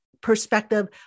perspective